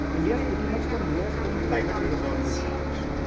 india is pretty much the lowest in private investment and research.